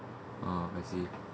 ah I see